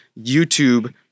YouTube